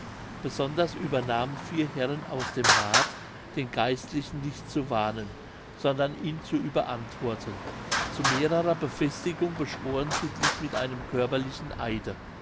besonders übernahmen vier herren aus dem rath den geistlichen nicht zu warnen sondern ihn zu überantworten zu mehrerer befestigung beschworen sie dieß mit einem körperlichen eide